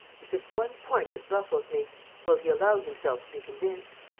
there's just one point that ruffles me will he allow himself to be convinced?